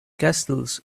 castles